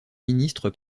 ministre